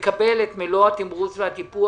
יקבל את מלוא התמרוץ והטיפוח,